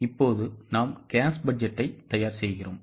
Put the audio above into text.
இப்போது நாம் cash பட்ஜெட்டை தயார் செய்கிறோம்